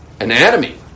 anatomy